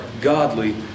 godly